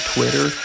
Twitter